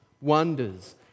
wonders